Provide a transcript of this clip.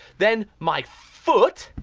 then my foot.